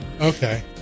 Okay